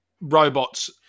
robots